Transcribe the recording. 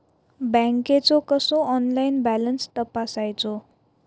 बँकेचो कसो online balance तपासायचो?